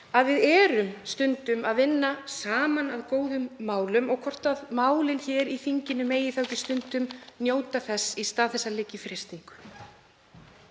að við erum stundum að vinna saman að góðum málum og hvort málin hér í þinginu megi þá ekki stundum njóta þess í stað þess að liggja